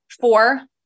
Four